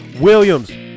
Williams